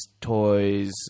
toys